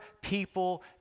people